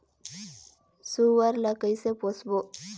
सुअर ला कइसे पोसबो?